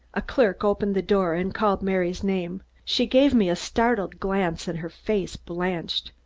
a clerk opened the door and called mary's name. she gave me a startled glance and her face blanched.